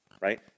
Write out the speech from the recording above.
right